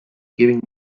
giving